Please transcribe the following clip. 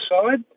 side